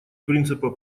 принципа